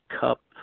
Cup